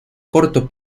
corto